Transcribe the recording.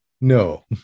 No